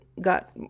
got